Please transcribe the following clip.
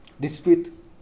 dispute